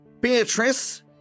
Beatrice